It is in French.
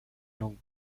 longue